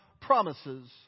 promises